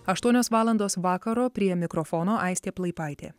aštuonios valandos vakaro prie mikrofono aistė plaipaitė